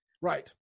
right